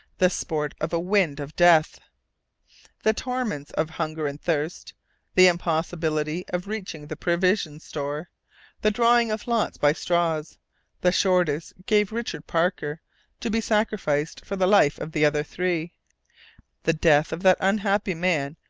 the sport of a wind of death the torments of hunger and thirst the impossibility of reaching the provision store the drawing of lots by straws the shortest gave richard parker to be sacrificed for the life of the other three the death of that unhappy man,